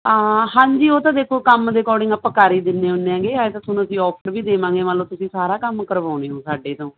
ਹਾਂਜੀ ਉਹ ਤਾਂ ਦੇਖੋ ਕੰਮ ਦੇ ਅਕੋਰਡਿੰਗ ਆਪਾਂ ਕਰ ਹੀ ਦਿੰਨੇ ਹੁੰਦੇ ਆਗੇ ਹੈ ਤਾਂ ਤੁਹਾਨੂੰ ਅਸੀਂ ਔਫਟ ਵੀ ਦੇਵਾਂਗੇ ਮੰਨ ਲੋ ਤੁਸੀਂ ਸਾਰਾ ਕੰਮ ਕਰਵਾਉਦੇ ਹੋ ਸਾਡੇ ਤੋਂ ਵੀ